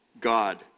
God